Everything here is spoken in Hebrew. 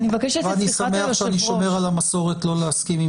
ואני שמח שאני שומר על המסורת לא להסכים עם